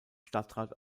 stadtrat